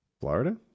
florida